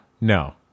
No